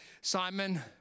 Simon